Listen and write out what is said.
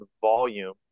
volume